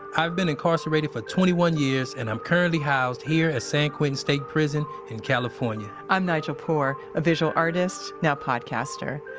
i've been incarcerated for twenty one years, and i'm currently housed here at san quentin state prison in california i'm nigel poor, a visual artist, now podcaster.